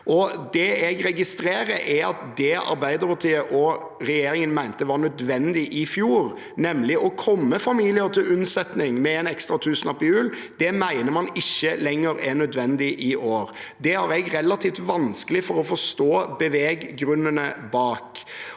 i. Jeg registrerer at det Arbeiderpartiet og regjeringen mente var nødvendig i fjor, nemlig å komme familier til unnsetning med en ekstra tusenlapp til jul, mener man ikke lenger er nødvendig i år. Det har jeg relativt vanskelig for å forstå beveggrunnene bak.